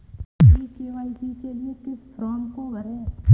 ई KYC के लिए किस फ्रॉम को भरें?